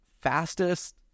fastest